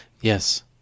Yes